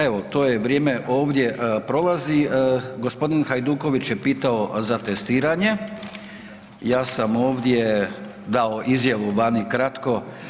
Evo, to je vrijeme ovdje prolazi, gospodin Hajduković je pitao za testiranje, ja sam ovdje dao izjavu vani kratko.